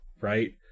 right